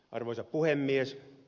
arvoisa puhemies